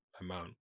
amount